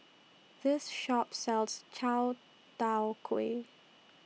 This Shop sells Chai Tow Kway